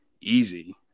easy